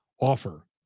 offer